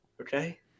Okay